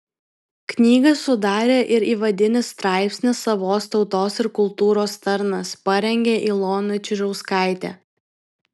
knygą sudarė ir įvadinį straipsnį savos tautos ir kultūros tarnas parengė ilona čiužauskaitė